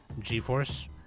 GeForce